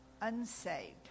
unsaved